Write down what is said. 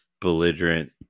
belligerent